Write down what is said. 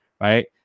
right